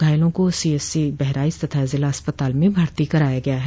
घायलों को सीएससी बहराइच तथा जिला अस्पताल में भर्ती कराया गया है